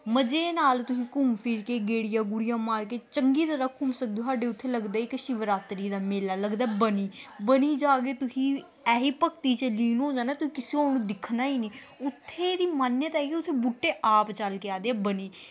ਮਜ਼ੇ ਨਾਲ ਤੁਸੀਂ ਘੁੰਮ ਫਿਰ ਕੇ ਗੇੜੀਆਂ ਗੁੜੀਆਂ ਮਾਰ ਕੇ ਚੰਗੀ ਤਰ੍ਹਾਂ ਘੁੰਮ ਸਕਦੇ ਹੋ ਸਾਡੇ ਉੱਥੇ ਲੱਗਦਾ ਇੱਕ ਸ਼ਿਵਰਾਤਰੀ ਦਾ ਮੇਲਾ ਲੱਗਦਾ ਬਨੀ ਬਨੀ ਜਾ ਕੇ ਤੁਸੀਂ ਇਹੀ ਭਗਤੀ 'ਚ ਲੀਨ ਹੋ ਜਾਣਾ ਅਤੇ ਕਿਸੇ ਹੋਰ ਨੂੰ ਦਿਖਣਾ ਹੀ ਨਹੀਂ ਉੱਥੇ ਇਹਦੀ ਮਾਨਤਾ ਹੈ ਕਿ ਉੱਥੇ ਬੂਟੇ ਆਪ ਚੱਲ ਕੇ ਆਉਂਦੇ ਹੈ ਬਨੀ